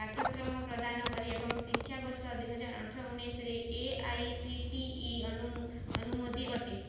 ପାଠ୍ୟକ୍ରମ ପ୍ରଦାନ କରେ ଏବଂ ଶିକ୍ଷାବର୍ଷ ଦି ହଜାର ଅଠର ଉଣେଇଶିରେ A I C T E ଅନୁମୋଦି ଅଟେ